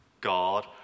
God